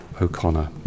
O'Connor